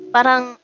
Parang